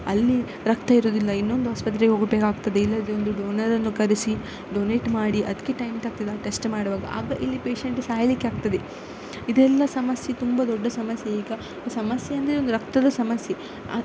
ಅಲ್ಲಿ ರಕ್ತ ಇರುವುದಿಲ್ಲ ಇನ್ನೊಂದು ಆಸ್ಪತ್ರೆಗೆ ಹೋಗಬೇಕಾಗ್ತದೆ ಇಲ್ಲದಿದ್ದರೆ ಒಂದು ಡೋನರನ್ನು ಕರೆಸಿ ಡೊನೇಟ್ ಮಾಡಿ ಅದಕ್ಕೆ ಟೈಮ್ ತಾಗ್ತದೆ ಆ ಟೆಸ್ಟ್ ಮಾಡುವಾಗ ಆಗ ಇಲ್ಲಿ ಪೇಶೆಂಟ್ ಸಾಯಲಿಕ್ಕೆ ಆಗ್ತದೆ ಇದೆಲ್ಲ ಸಮಸ್ಯೆ ತುಂಬ ದೊಡ್ಡ ಸಮಸ್ಯೆ ಈಗ ಸಮಸ್ಯೆ ಅಂದರೆ ಒಂದು ರಕ್ತದ ಸಮಸ್ಯೆ ಆ